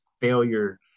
failure